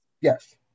yes